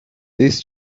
this